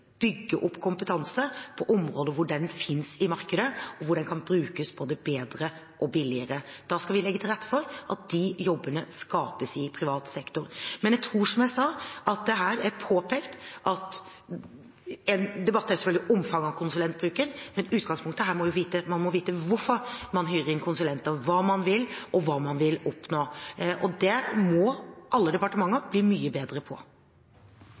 bygge opp kompetanse på områder hvor den finnes i markedet, og hvor den kan brukes både bedre og billigere. Da skal vi legge til rette for at de jobbene skapes i privat sektor. Men jeg tror, som det her er påpekt, at én debatt selvfølgelig er omfanget av konsulentbruken, men utgangspunktet her er at man må vite hvorfor man hyrer inn konsulenter, hva man vil, og hva man vil oppnå. Og det må alle departementer bli mye bedre på.